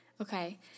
Okay